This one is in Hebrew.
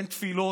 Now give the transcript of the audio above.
אין תפילות,